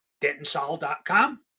DentonSol.com